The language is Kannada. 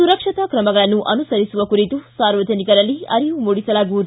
ಸುರಕ್ಷತಾ ಕ್ರಮಗಳನ್ನು ಅನುಸರಿಸುವ ಕುರಿತು ಸಾರ್ವರಿಕರಲ್ಲಿ ಅರಿವು ಮೂಡಿಸಲಾಗುವುದು